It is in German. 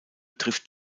trifft